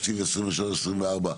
התקציב 2023-2024,